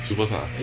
super smart uh